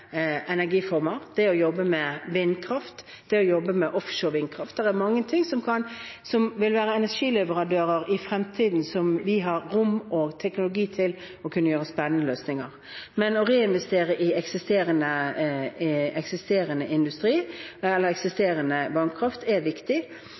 energiformer: vindkraft og offshore-vindkraft. Det er mye som vil være energileverandører i fremtiden, hvor vi har rom og teknologi til å kunne lage spennende løsninger. Å reinvestere i eksisterende